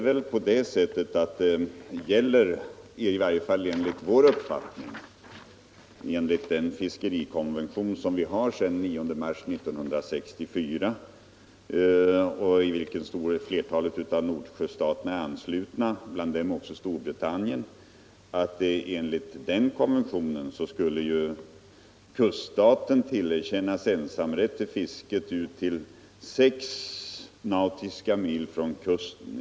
Men enligt vår uppfattning gäller den fiskerikonvention som vi har sedan den 9 mars 1964, till vilken flertalet av Nordsjöstaterna är anslutna, bland dem också Storbritannien. Enligt denna konvention skall kuststaten tillerkännas ensamrätt till fiske ut till 6 nautiska mil från kusten.